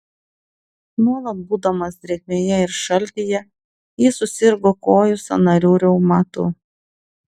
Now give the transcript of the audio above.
nuolat būdamas drėgmėje ir šaltyje jis susirgo kojų sąnarių reumatu